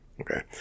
Okay